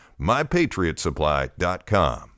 MyPatriotSupply.com